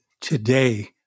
today